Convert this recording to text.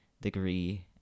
degree